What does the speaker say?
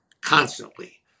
constantly